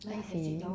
I see